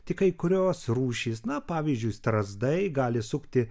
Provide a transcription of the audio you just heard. tik kai kurios rūšys na pavyzdžiui strazdai gali sukti